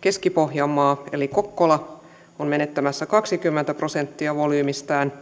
keski pohjanmaa eli kokkola on menettämässä kaksikymmentä prosenttia volyymistään